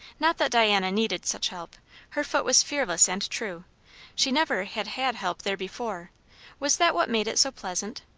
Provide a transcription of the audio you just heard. not that diana needed such help her foot was fearless and true she never had had help there before was that what made it so pleasant?